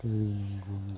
दै नांगौ आंनो